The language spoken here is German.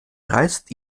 reißt